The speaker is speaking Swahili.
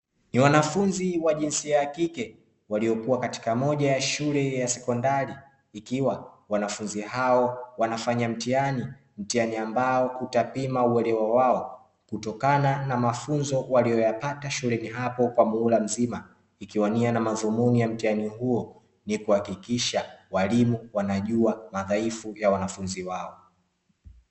Ni wanafunzi wa jinsia ya kike waliokuwa katika moja ya shule ya sekondari ikiwa wanafunzi hao wanafanya mtihani, mtihani ambao utapima uwelewa wao kutokana na mafunzo waliyoyapata shuleni hapo kwa muhula mzima ikwa nia na madhumuni ya mtihani huo ni kuhakikisha walimu wanajua madhaifu ya wanafunzi wao.